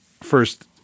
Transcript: first